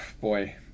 boy